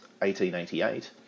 1888